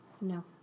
No